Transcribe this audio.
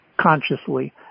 consciously